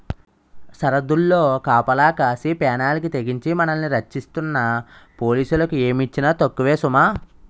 సరద్దుల్లో కాపలా కాసి పేనాలకి తెగించి మనల్ని రచ్చిస్తున్న పోలీసులకి ఏమిచ్చినా తక్కువే సుమా